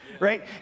right